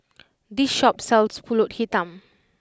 this shop sells Pulut Hitam